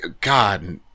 God